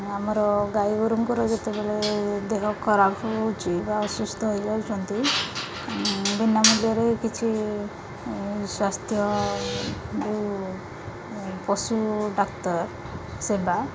ଆମର ଗାଈଗୋରୁଙ୍କର ଯେତେବେଳେ ଦେହ ଖରାପ ହେଉଛି ବା ଅସୁସ୍ଥ ହୋଇଯାଉଛନ୍ତି ବିନା ମୂଲ୍ୟରେ କିଛି ସ୍ୱାସ୍ଥ୍ୟ ଯେଉଁ ପଶୁଡାକ୍ତର ସେବା